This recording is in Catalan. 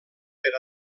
per